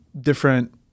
different –